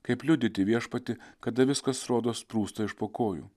kaip liudyti viešpatį kada viskas rodos sprūsta iš po kojų